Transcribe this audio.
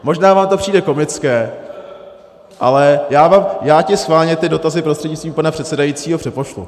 Možná vám to přijde komické, ale já ti schválně ty dotazy prostřednictvím pana předsedajícího přepošlu.